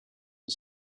are